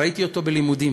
ראיתי אותו בלימודים.